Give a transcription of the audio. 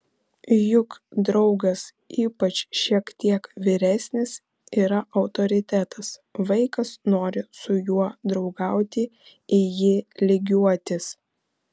juk draugas ypač šiek tiek vyresnis yra autoritetas vaikas nori su juo draugauti į jį lygiuotis